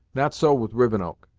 not so with rivenoak.